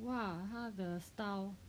!wah! 她的 style